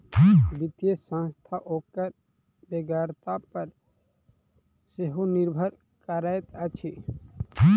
वित्तीय संस्था ओकर बेगरता पर सेहो निर्भर करैत अछि